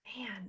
Man